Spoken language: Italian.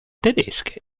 tedesche